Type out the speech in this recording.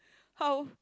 how